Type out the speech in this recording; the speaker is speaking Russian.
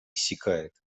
иссякает